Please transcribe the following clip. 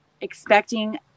expecting